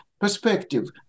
Perspective